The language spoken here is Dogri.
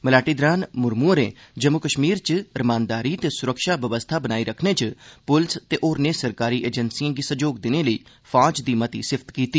मलाटी दरान मुर्मू होरें जम्मू कश्मीर च रमानदारी ते सुरक्षा बवस्था बनाई रक्खने च पुलस ते होरने सरकारी एजेंसिए गी सैहयोग देने लेई फौज दी मती सराह्ना कीती